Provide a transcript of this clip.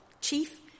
chief